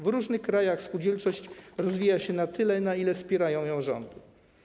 W różnych krajach spółdzielczość rozwija się na tyle, na ile wspierają ją rządy.